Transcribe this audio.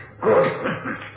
Good